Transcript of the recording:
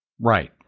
Right